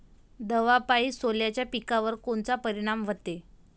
दवापायी सोल्याच्या पिकावर कोनचा परिनाम व्हते?